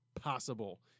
possible